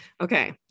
Okay